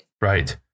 Right